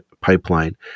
Pipeline